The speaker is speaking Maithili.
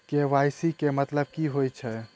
के.वाई.सी केँ मतलब की होइ छै?